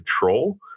control